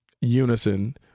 unison